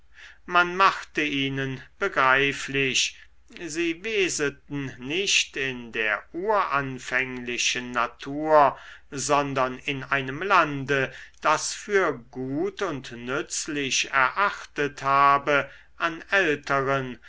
man machte ihnen begreiflich sie weseten nicht in der uranfänglichen natur sondern in einem lande das für gut und nützlich erachtet habe an älteren